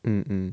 mm mm